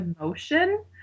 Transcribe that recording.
emotion